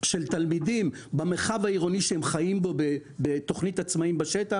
של תלמידים במרחב העירוני שהם חיים בו בתכנית 'עצמאים בשטח'.